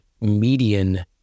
median